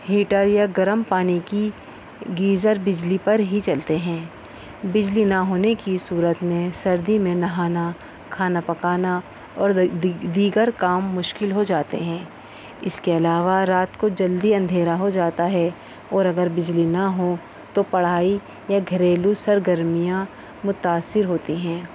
heater یا گرم پانی کی گیزر بجلی پر ہی چلتے ہیں بجلی نہ ہونے کی صورت میں سردی میں نہانا کھانا پکانا اور دیگر کام مشکل ہو جاتے ہیں اس کے علاوہ رات کو جلدی اندھیرا ہو جاتا ہے اور اگر بجلی نہ ہو تو پڑھائی یا گھریلو سرگرمیاں متاثر ہوتی ہیں